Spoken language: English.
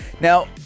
now